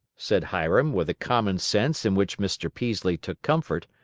said hiram, with a common sense in which mr. peaslee took comfort,